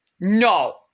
No